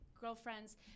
girlfriends